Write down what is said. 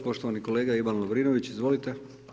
Poštovani kolega Ivan Lovrinović, izvolite.